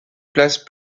place